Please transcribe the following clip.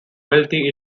wealthy